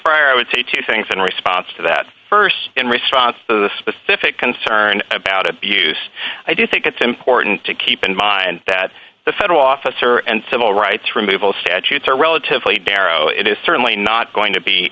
fire i would say two things in response to that st in response to the specific concern about abuse i do think it's important to keep in mind that the federal officer and civil rights removal statutes are relatively dero it is certainly not going to be